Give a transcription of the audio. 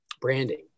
branding